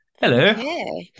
Hello